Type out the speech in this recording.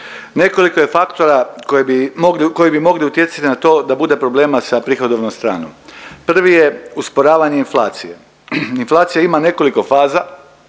Nekoliko je faktora koje bi mogle, koji bi mogli utjecati na to da bude problema sa prihodovnom stranom. Prvi je usporavanje inflacije. Inflacija ima nekoliko faza.